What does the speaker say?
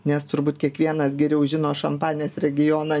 nes turbūt kiekvienas geriau žino šampanės regioną